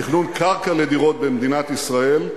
תכנון קרקע לדירות במדינת ישראל,